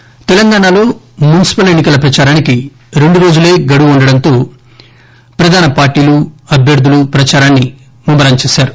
ప్రదారం తెలంగాణా లో మున్పిపల్ ఎన్ని కల ప్రచారానికి రెండు రోజులే గడువు ఉండటంతో ప్రధాన పార్టీల నేతలు అభ్యర్దులు ప్రచారాన్ని ముమ్మరం చేశారు